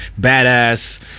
badass